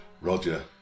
Roger